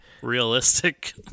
realistic